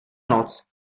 noc